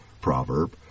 proverb